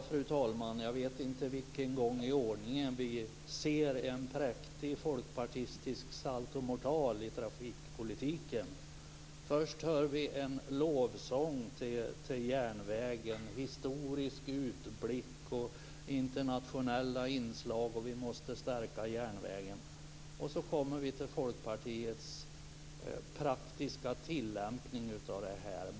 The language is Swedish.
Fru talman! Jag vet inte vilken gång i ordningen det är som vi ser en präktig folkpartistisk saltomortal i trafikpolitiken. Först hör vi en lovsång till järnvägen, med en historisk utblick och internationella inslag. Vi måste stärka järnvägen, heter det. Men sedan kommer vi till Folkpartiets praktiska tillämpning av det hela.